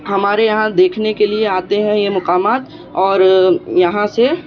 ہمارے یہاں دیکھنے کے لیے آتے ہیں یہ مقامات اور یہاں سے